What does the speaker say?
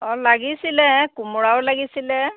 অঁ লাগিছিলে কোমাৰাও লাগিছিলে